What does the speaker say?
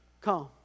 Come